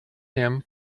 him